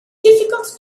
difficult